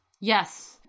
Yes